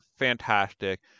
fantastic